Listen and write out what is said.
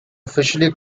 officially